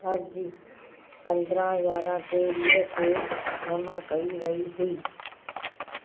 अर्जी पंद्रहं यारहं टेवीह ते जमा कई वई हुई